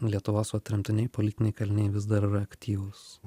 lietuvos va tremtiniai politiniai kaliniai vis dar yra aktyvūs